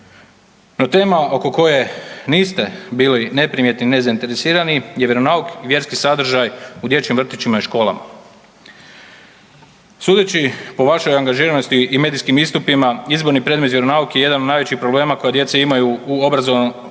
No, tema oko koje niste bili neprimjetni i nezainteresirani je vjeronauk i vjerski sadržaj u dječjim vrtićima i školama. Sudeći po vašoj angažiranosti i medijskim istupima izborni predmet vjeronauk je jedan od najvećih problema koje djeca imaju u obrazovanju